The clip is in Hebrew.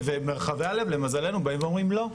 ומרחבי הלב למזלנו באים ואומרים - לא.